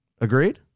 Agreed